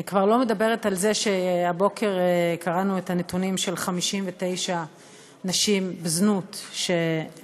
אני כבר לא מדברת על זה שהבוקר קראנו את הנתונים של 59 נשים בזנות שמתו,